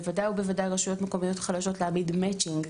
בוודאי ובוודאי רשויות מקומיות חלשות ויכולתן להעמיד מצ'ינג,